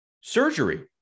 surgery